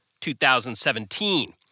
2017